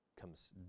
comes